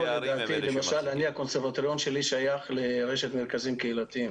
-- למשל הקונסרבטוריון שלי שייך לרשת מרכזים קהילתיים.